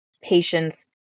Patience